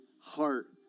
heart